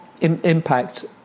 impact